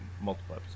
Multiple